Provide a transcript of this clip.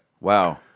wow